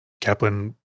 Kaplan